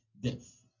death